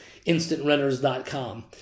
instantrenters.com